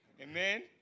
Amen